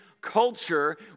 culture